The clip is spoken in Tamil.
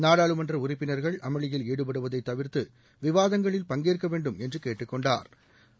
நாடாளுமன்ற உறுப்பினர்கள் அமளியில் ஈடுபடுவதை தவிர்த்து விவாதங்களில் பங்கேற்கவேண்டும் என்று கேட்டுக்கொண்டாா்